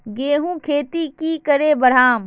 गेंहू खेती की करे बढ़ाम?